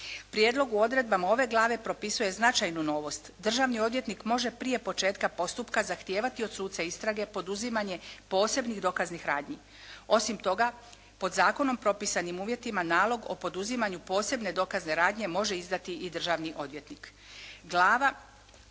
Prijedlog u odredbama ove glave propisuje značajnu novost. Državni odvjetnik može prije početka postupka zahtijevati od suca istrage poduzimanje posebnih dokaznih radnji. Osim toga, pod zakonom propisanim uvjetima nalog o poduzimanju posebne dokazne radnje može izdati i državni odvjetnik.